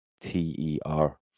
T-E-R